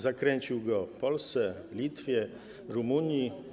Zakręcił go Polsce, Litwie, Rumunii.